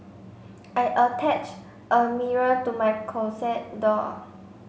I attached a mirror to my closet door